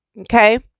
Okay